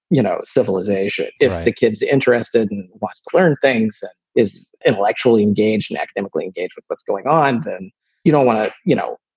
you know, civilization. if the kid's interested in what's clear and things that is intellectually engaged and academically engaged with what's going on. then you don't want to you know,